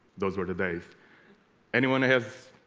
those were the days anyone has